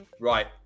right